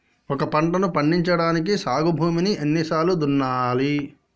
ఒక పంటని పండించడానికి సాగు భూమిని ఎన్ని సార్లు దున్నాలి?